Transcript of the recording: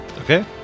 Okay